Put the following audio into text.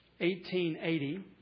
1880